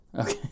Okay